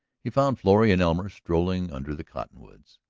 he found florrie and elmer strolling under the cottonwoods.